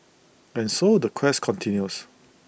and so the quest continues